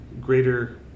greater